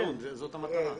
ברור, זאת המטרה.